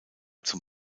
zum